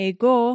Ego